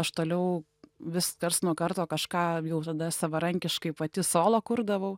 aš toliau vis karts nuo karto kažką jau tada savarankiškai pati solo kurdavau